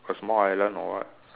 a small island or what